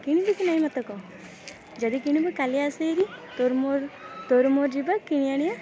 କିଣିବୁ କି ନାହିଁ ମୋତେ କହ ଯଦି କିଣିବୁ କାଲି ଆସେ ହେରି ତୋର ମୋର ତୋର ମୋର ଯିବା କିଣି ଆଣିବା